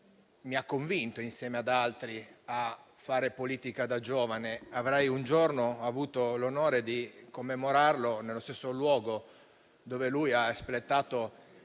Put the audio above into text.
mi ha convinto, insieme ad altri, a fare politica da giovane - che un giorno avrei avuto l'onore di commemorarlo nello stesso luogo in cui ha svolto